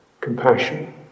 compassion